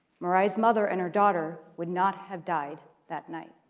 mari's mother and her daughter would not have died that night.